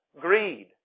greed